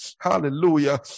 Hallelujah